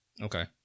Okay